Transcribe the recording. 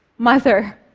mother